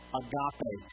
agape